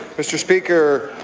mr. speaker,